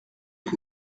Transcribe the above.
que